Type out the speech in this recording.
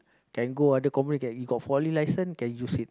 can go other company you got forklift license can use it